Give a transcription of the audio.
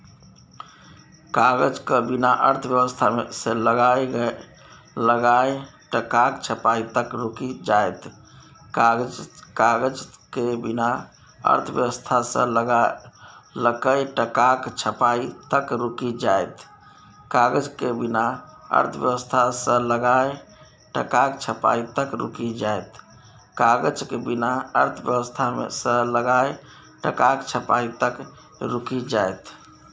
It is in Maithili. कागजक बिना अर्थव्यवस्था सँ लकए टकाक छपाई तक रुकि जाएत